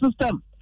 system